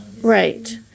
Right